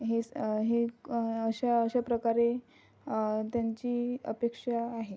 हेच हे क अशा अशा प्रकारे त्यांची अपेक्षा आहे